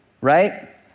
right